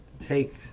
take